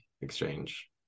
exchange